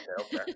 okay